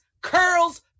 curls